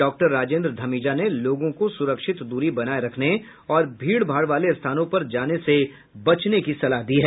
doctor Rajendra Dhamija ने लोगों को सुरक्षित दूरी बनाए रखने और भीड़ भाड़ वाले स्थानों पर जाने से बचने की सलाह दी है